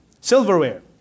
silverware